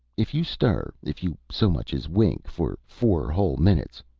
if you stir if you so much as wink for four whole minutes,